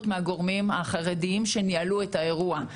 מהגורמים החרדיים שניהלו את האירוע.